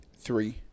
three